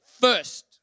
first